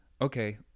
okay